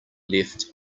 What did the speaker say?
left